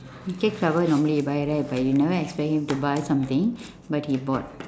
cake flower normally buy right but you never expect him to buy something but he bought